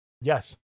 yes